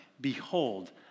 Behold